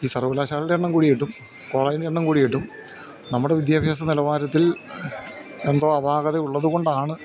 ഈ സർവകലാശാലയുടെ എണ്ണം കൂടീട്ടും കോളേജിൻ്റെ എണ്ണം കൂടിയിട്ടും നമ്മുടെ വിദ്യാഭ്യാസ നിലവാരത്തിൽ എന്തോ അപാകത ഉള്ളത് കൊണ്ടാണ്